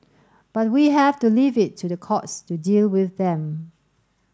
but we have to leave it to the courts to deal with them